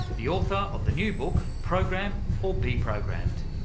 the author of the new book program, or be programmed.